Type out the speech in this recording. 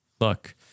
look